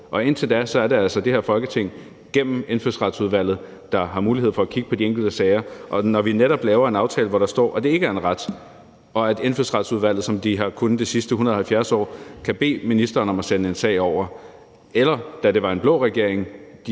Indtil da er det altså det her Folketing, der gennem Indfødsretsudvalget har mulighed for at kigge på de enkelte sager. Og vi laver netop en aftale, hvor der står, at det ikke er en ret, og at Indfødsretsudvalget, som de har kunnet de sidste 170 år, kan bede ministeren om at sende en sag over, eller, da det var en blå regering,